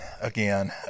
again